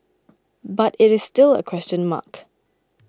but it is still a question mark